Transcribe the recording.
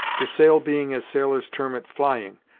the sail being as sailors term it, flying,